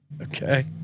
Okay